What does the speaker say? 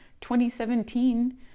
2017